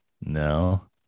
no